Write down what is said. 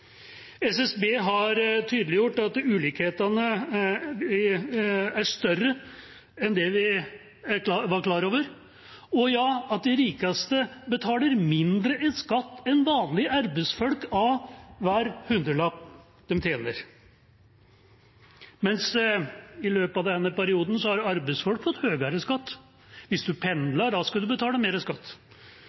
SSB har tydeliggjort at ulikhetene er større enn det vi var klar over, og at de rikeste betaler mindre skatt enn vanlige arbeidsfolk av hver hundrelapp de tjener, mens arbeidsfolk har fått høyere skatt i løpet av denne perioden. Hvis man pendler, skal man betale mer skatt. Hvis man får diett fra arbeidsgiver, skal man betale mer skatt.